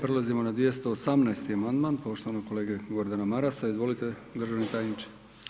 Prelazimo na 218. amandman poštovanog kolege Gordana Marasa, izvolite državni tajniče.